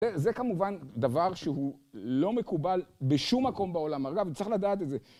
זה כמובן דבר שהוא לא מקובל בשום מקום בעולם. אגב, צריך לדעת את זה.